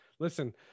Listen